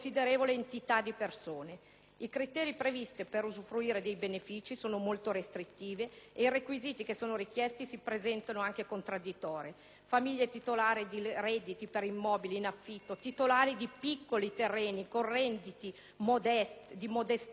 I criteri previsti per usufruire dei benefici sono molto restrittivi e i requisiti richiesti si presentano contradditori: le famiglie titolari di redditi per immobili in affitto o titolari di piccoli terreni con redditi di modestissima entità, per esempio,